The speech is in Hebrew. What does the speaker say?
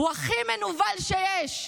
הוא הכי מנוול שיש.